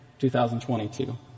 2022